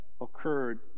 occurred